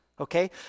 okay